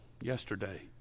yesterday